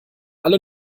alle